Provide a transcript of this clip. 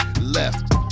Left